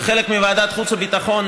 כחלק מוועדת החוץ והביטחון,